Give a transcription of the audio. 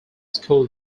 school